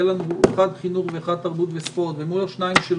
יהיה לנו אחד בחינוך ואחד בתרבות וספורט ומול השניים של